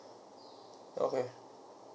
okay